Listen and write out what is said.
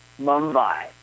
Mumbai